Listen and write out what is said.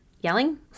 yelling